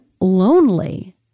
Lonely